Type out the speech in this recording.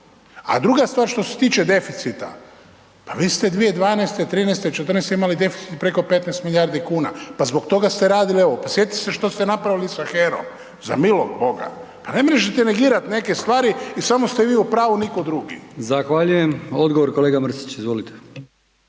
A druga stvar, što se tiče deficita, pa vi ste 2012., 13., 14. imali deficit preko 15 milijardi kuna, pa zbog toga ste radili ovo, pa sjetite se što ste napravili .../Govornik se ne razumije./... za milog Boga. Pa ne možete negirati neke stvari i samo ste vi u pravu, nitko drugi. **Brkić, Milijan (HDZ)** Zahvaljujem. Odgovor, kolega Mrsić, izvolite.